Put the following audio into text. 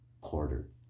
quarter